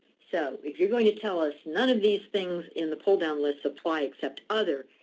so if you are going to tell us none of these things in the pull down list apply except other,